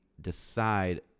decide